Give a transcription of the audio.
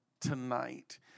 tonight